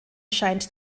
scheint